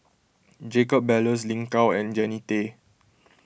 Jacob Ballas Lin Gao and Jannie Tay